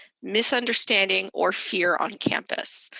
misunderstanding, or fear on campus.